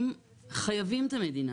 הם חייבים את המדינה.